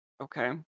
Okay